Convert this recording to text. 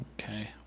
Okay